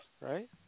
right